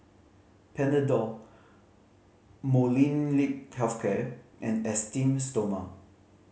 Panadol Molnylcke Health Care and Esteem Stoma